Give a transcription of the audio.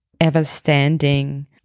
ever-standing